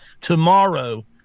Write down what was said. tomorrow